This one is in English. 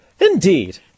Indeed